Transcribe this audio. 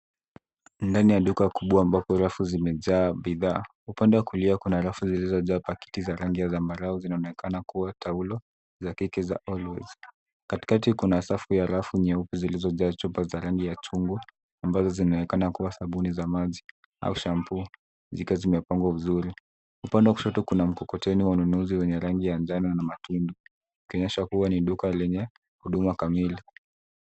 Ndani ya duka kubwa ambapo rafu zimejaa bidhaa. Upande wa kulia kuna rafu zilizojaa pakiti za rangi ya zambarau zinaonekana kuwa taulo za kike za Always. Katikati kuna safu ya rafu nyeupe zilizojaa chupa za rangi ya chungwa ambazo zinaonekana kuwa sabuni za maji au shampoo, zikiwa zimepangwa vizuri. Upande wa kushoto kuna mkokoteni wa wanunuzi wenye rangi ya njano wa matunda, ikionyesha kuwa ni duka lenye huduma kamili.